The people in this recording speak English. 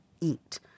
eat